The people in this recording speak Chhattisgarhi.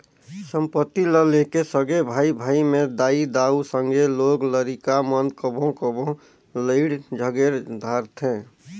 संपत्ति ल लेके सगे भाई भाई में दाई दाऊ, संघे लोग लरिका मन कभों कभों लइड़ झगेर धारथें